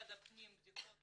במשרד הפנים בדיקות